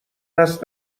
است